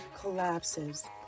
collapses